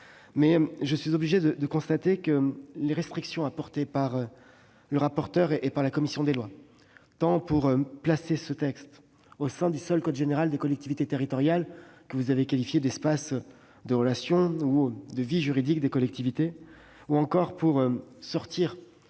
que je suis obligé de constater que les restrictions apportées par la commission des lois, tant pour placer ce texte au sein du seul code général des collectivités territoriales, que vous avez qualifié d'espace de vie ou de régulation des collectivités, que pour sortir